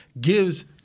gives